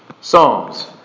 psalms